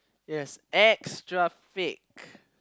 yes extra fake